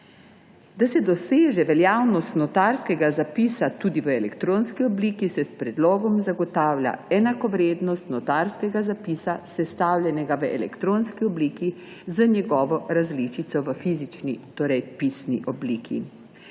Da se doseže veljavnost notarskega zapisa tudi v elektronski obliki, se s predlogom zagotavlja enakovrednost notarskega zapisa, sestavljenega v elektronski obliki, z njegovo različico v fizični, torej pisni obliki.